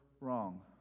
wrong